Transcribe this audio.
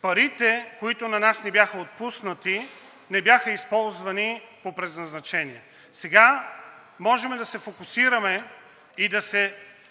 парите, които на нас ни бяха отпуснати, не бяха използвани по предназначение. Сега можем да се фокусираме и да се